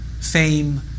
fame